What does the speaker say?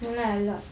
no lah a lot